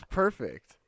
perfect